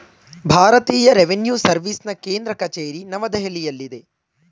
ಭಾರತೀಯ ರೆವಿನ್ಯೂ ಸರ್ವಿಸ್ನ ಕೇಂದ್ರ ಕಚೇರಿ ನವದೆಹಲಿಯಲ್ಲಿದೆ